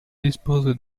dispose